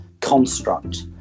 construct